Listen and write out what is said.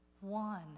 one